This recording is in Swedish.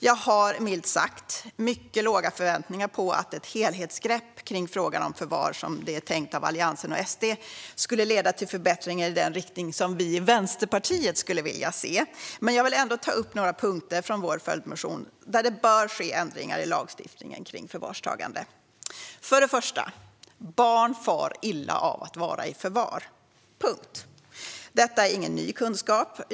Jag har milt sagt mycket låga förväntningar på att ett helhetsgrepp kring frågan om förvar, som det är tänkt av Alliansen och Sverigedemokraterna, skulle leda till förbättringar i den riktning som vi i Vänsterpartiet vill se. Jag vill ändå ta upp några punkter från vår följdmotion, där det bör ske ändringar i lagstiftningen kring förvarstagande. För det första: Barn far illa av att vara i förvar - punkt. Detta är ingen ny kunskap.